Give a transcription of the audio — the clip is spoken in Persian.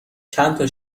چندتا